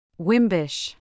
Wimbish